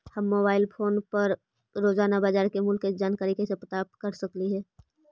हम mobile phone पर रोजाना बाजार मूल्य के जानकारी कैसे प्राप्त कर सकली हे?